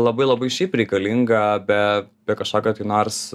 labai labai šiaip reikalinga be kažkokio nors